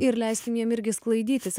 ir leiskim jiem irgi sklaidytis